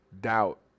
doubt